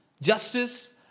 justice